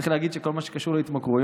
צריך להגיד שכל מה שקשור להתמכרויות